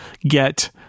get